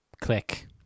click